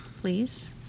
please